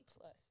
plus